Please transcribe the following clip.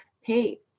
Hey